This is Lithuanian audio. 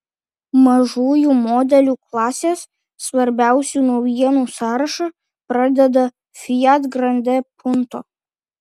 mažųjų modelių klasės svarbiausių naujienų sąrašą pradeda fiat grande punto